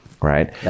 right